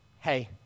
hey